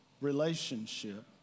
relationship